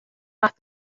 off